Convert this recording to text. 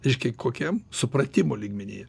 reiškia kokiam supratimo lygmenyje